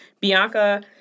Bianca